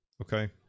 okay